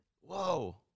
Whoa